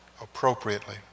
appropriately